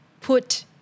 put